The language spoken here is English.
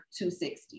260